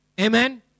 Amen